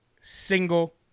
single